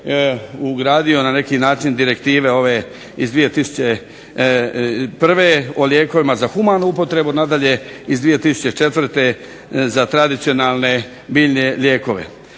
ugradio na neki način direktive ove iz 2001. o lijekovima za humanu upotrebu, nadalje, iz 2004. za tradicionalne biljne lijekove.